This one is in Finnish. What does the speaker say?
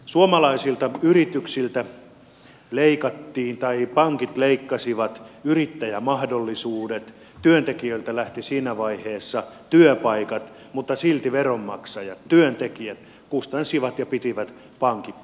suomalaisilta yrityksiltä pankit leikkasivat yrittäjämahdollisuudet työntekijöiltä lähtivät siinä vaiheessa työpaikat mutta silti veronmaksajat työntekijät kustansivat ja pitivät pankit pystyssä